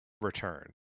return